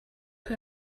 who